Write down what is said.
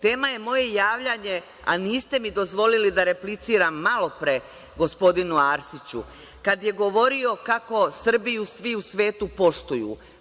Tema je moje javljanje, a niste mi dozvolili da repliciram malopre gospodinu Arsiću kad je govorio kako Srbiju svi u svetu poštuju.